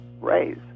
raise